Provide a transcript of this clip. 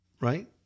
right